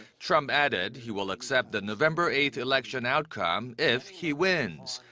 trump added he will accept the november eighth election outcome if he wins.